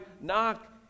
knock